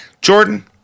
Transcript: Jordan